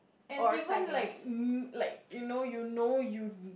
and even like like you know you know you